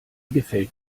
gefällt